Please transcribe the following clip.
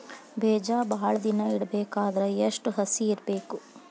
ಬೇಜ ಭಾಳ ದಿನ ಇಡಬೇಕಾದರ ಎಷ್ಟು ಹಸಿ ಇರಬೇಕು?